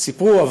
סיפרו,